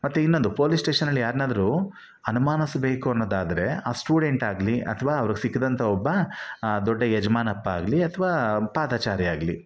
ಮತ್ತು ಇನ್ನೊಂದು ಪೋಲೀಸ್ ಸ್ಟೇಷನ್ನಲ್ಲಿ ಯಾರನ್ನಾದ್ರು ಅನುಮಾನಿಸಬೇಕು ಅನ್ನೋದಾದರೆ ಆ ಸ್ಟೂಡೆಂಟಾಗಲಿ ಅಥ್ವಾ ಅವ್ರ್ಗೆ ಸಿಕ್ದಂಥ ಒಬ್ಬ ದೊಡ್ಡ ಯಜಮಾನಪ್ಪ ಆಗಲಿ ಅಥ್ವಾ ಪಾದಚಾರಿ ಆಗಲಿ